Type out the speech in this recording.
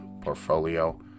portfolio